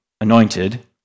anointed